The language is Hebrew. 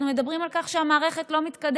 אנחנו מדברים על כך שהמערכת לא מתקדמת.